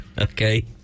Okay